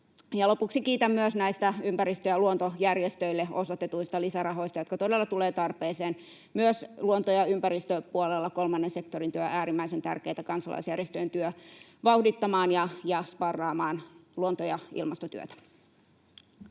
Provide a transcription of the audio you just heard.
lopuksi kiitän myös näistä ympäristö‑ ja luontojärjestöille osoitetuista lisärahoista, jotka todella tulevat tarpeeseen. Myös luonto‑ ja ympäristöpuolella kolmannen sektorin työ on äärimmäisen tärkeätä kansalaisjärjestöjen työtä vauhdittamaan ja sparraamaan luonto‑ ja ilmastotyötä.